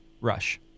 Rush